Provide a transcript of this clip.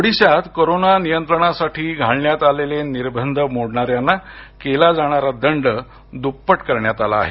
ओडीशात corona नियंत्रणासाठी घालण्यात आलेले निर्बंध मोडणाऱ्यांना केला जाणारा दंड दुप्पट करण्यात आला आहे